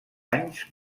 anys